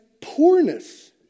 poorness